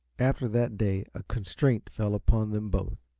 after that day a constraint fell upon them both,